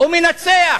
הוא מנצח,